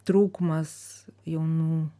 trūkumas jaunų